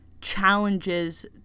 challenges